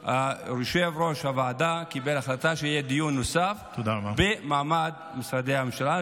יושב-ראש הוועדה קיבל החלטה שיהיה דיון נוסף במעמד משרדי הממשלה.